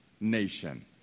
nation